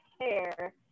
hair